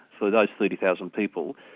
for those thirty thousand people,